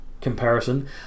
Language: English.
comparison